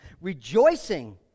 rejoicing